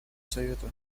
совету